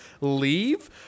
leave